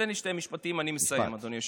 תן לי שני משפטים, אני מסיים, אדוני היושב-ראש.